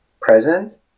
present